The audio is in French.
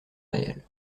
réelle